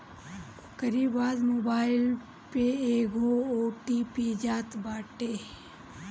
ओकरी बाद मोबाईल पे एगो ओ.टी.पी जात बाटे